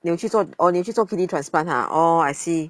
你有去做 oh 你有去做 kidney transplants ah oh I see